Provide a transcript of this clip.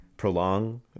prolong